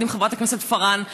יחד עם חברת הכנסת פארן,